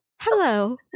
Hello